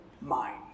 mind